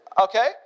Okay